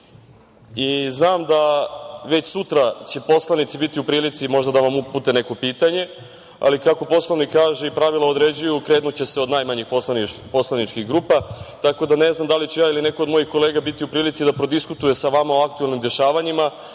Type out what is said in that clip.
nas. Znam da već sutra će poslanici biti u prilici možda da vam upute neko pitanje, ali kako Poslovnik kaže i pravila određuju, krenuće se od najmanjih poslaničkih grupa, tako da ne znam da li ću ja ili neko od mojih kolega biti u prilici da prodiskutuje sa vama o aktuelnim dešavanjima,